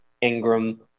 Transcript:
Ingram